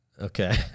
Okay